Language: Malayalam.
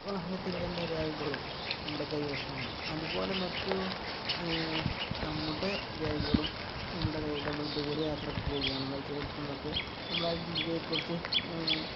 വാഹനത്തിൻ്റെ എല്ലാ രേഖകളും നമ്മുടെ കൈ വശം വേണം അതുപോലെ മറ്റു നമ്മുടെ രേഖകളും നമ്മുടെ കയ്യിൽ നമ്മൾ ദൂര യാത്ര ഒക്കെ പോകുകയാണെങ്കിൽ ചിലയിടത്ത് നിന്നൊക്കെ നമ്മുടെ ഐഡന്റിയെ കുറിച്ച്